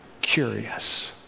curious